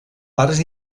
parts